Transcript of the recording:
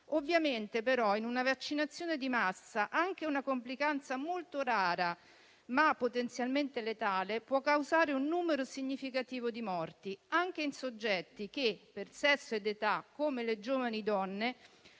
Ovviamente però in una vaccinazione di massa anche una complicanza molto rara, ma potenzialmente letale, può causare un numero significativo di morti, anche in soggetti che, per sesso ed età, come le giovani donne,